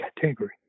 category